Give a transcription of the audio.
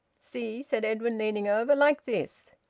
see, said edwin, leaning over. like this!